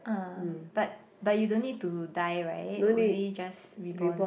uh but but you don't need to dye right only just rebond